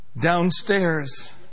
downstairs